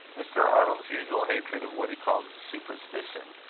mr. arnold's usual hatred of what he called superstition,